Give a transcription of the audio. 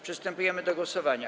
Przystępujemy do głosowania.